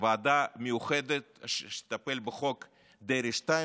ועדה מיוחדת שתטפל בחוק דרעי 2,